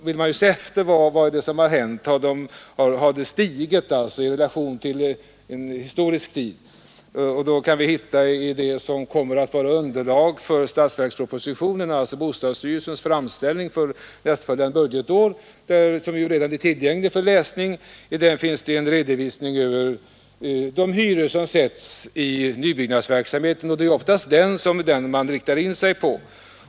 Vill man se efter om hyreskostnaden har stigit i relation till historisk tid kan man titta i det som kommer att vara underlag för statsverkspropositionen — dvs. bostadsstyrelsens framställning för nästföljande budgetår, som redan finns tillgänglig för läsning. I den finns en redovisning över de hyror som sätts i nybyggnadsverksamheten, och det är oftast den man riktar in sig på.